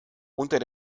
unter